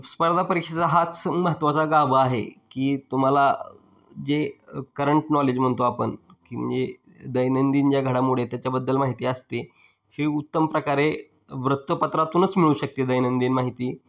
स्पर्धा परीक्षेचा हाच महत्त्वाचा गाभा आहे की तुम्हाला जे करंट नॉलेज म्हणतो आपण की म्हणजे दैनंदिन ज्या घडामोडी आहे त्याच्याबद्दल माहिती आसते हे उत्तम प्रकारे वृत्तपत्रातूनच मिळू शकते दैनंदिन माहिती